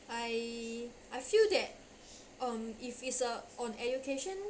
I I feel that um if it's a on education